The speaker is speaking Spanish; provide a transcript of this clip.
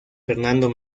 fernando